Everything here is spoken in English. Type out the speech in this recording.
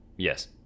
Yes